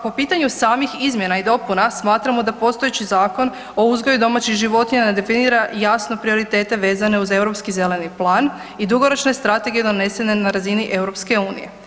Po pitanju samih izmjena i dopuna smatramo da postojeći Zakon o uzgoju domaćih životinja definira jasno prioritete vezane uz Europski zeleni plan i dugoročne strategije donesene na razini EU.